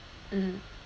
mm